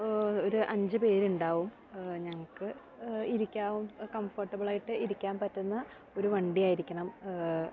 ഒരു അഞ്ച് പേരുണ്ടാവും ഞങ്ങൾക്ക് ഇരിക്കാവ് കംഫോട്ടബിൾ ആയിട്ട് ഇരിക്കാൻ പറ്റുന്ന ഒരു വണ്ടി ആയിരിക്കണം